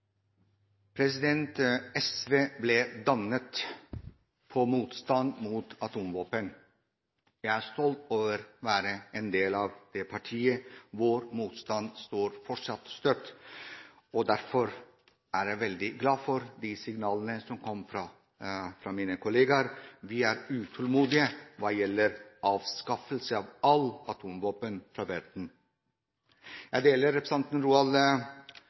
partiet. Vår motstand står fortsatt støtt. Derfor er jeg veldig glad for de signalene som kom fra mine kolleger. Vi er utålmodige hva gjelder avskaffelse av alle atomvåpen i verden. Jeg deler representanten Svein Roald